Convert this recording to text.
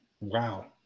Wow